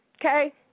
okay